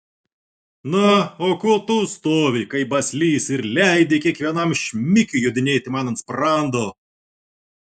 na o ko tu stovi kaip baslys ir leidi kiekvienam šmikiui jodinėti man ant sprando